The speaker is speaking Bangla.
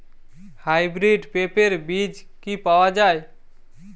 হাইব্রিড পেঁপের বীজ কি পাওয়া যায়?